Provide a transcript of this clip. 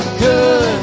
good